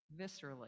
viscerally